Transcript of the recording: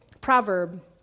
proverb